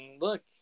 look